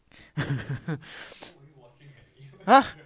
!huh!